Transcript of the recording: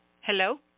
Hello